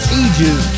ages